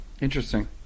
Interesting